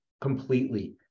completely